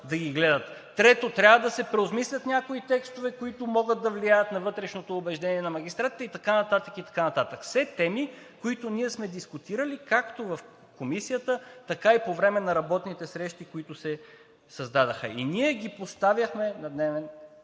да ги гледат. Трето, трябва да се преосмислят някои текстове, които могат да влияят на вътрешното убеждение на магистратите и така нататък – все теми, които сме дискутирали както в Комисията, така и по време на работните срещи, които се създадоха. Ние ги поставяхме на дневен